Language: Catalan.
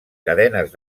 cadenes